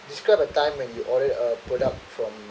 describe a time when you order a product from